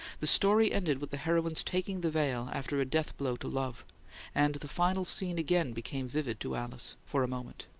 the story ended with the heroine's taking the veil after a death blow to love and the final scene again became vivid to alice, for a moment.